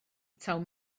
taw